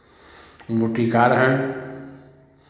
मूर्तिकार हैं